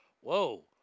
Whoa